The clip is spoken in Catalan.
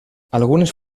algunes